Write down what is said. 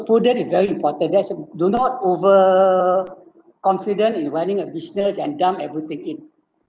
prudent is very important that's uh do not over confident in running a business and dump everything in